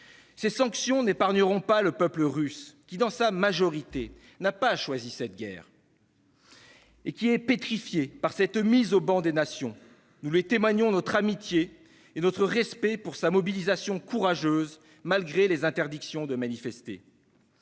Ces sanctions n'épargneront pas le peuple russe, qui dans sa majorité n'a pas choisi cette guerre et qui est pétrifié par cette mise au ban des nations. Nous lui témoignons notre amitié et notre respect pour la mobilisation courageuse dont il fait preuve malgré les interdictions de manifester.